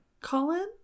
Colin